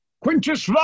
Quintus